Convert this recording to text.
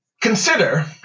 consider